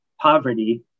poverty